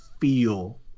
feel